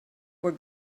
were